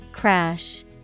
Crash